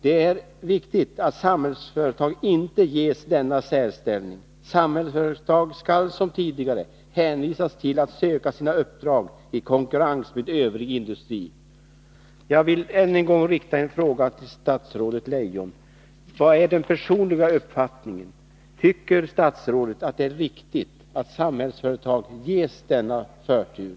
Det är viktigt att Samhällsföretag inte ges denna särställning. Samhällsföretag skall som tidigare hänvisas till att söka sina uppdrag i konkurrens med övrig industri. Jag vill än en gång fråga statsrådet Leijon: Vilken är er personliga uppfattning? Tycker statsrådet att det är riktigt att Samhällsföretag ges denna förtur?